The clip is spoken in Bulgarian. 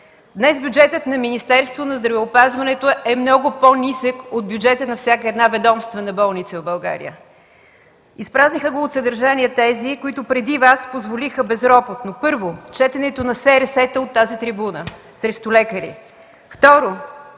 Днес бюджетът на Министерството на здравеопазването е много по-нисък от бюджета на всяка ведомствена болница в България. Изпразниха го от съдържание тези, които преди Вас, позволиха безропотно: 1. Четенето на специални разузнавателни